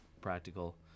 practical